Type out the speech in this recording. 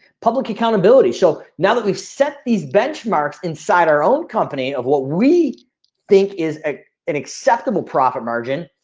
public accountability. so now that we've set these benchmarks inside our own company of what we think is an acceptable profit margin.